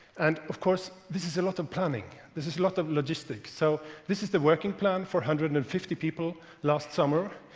and of course this is a lot of planning, this is a lot of logistics. so this is the working plan for one hundred and and fifty people last summer,